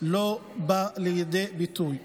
לא בא לידי ביטוי,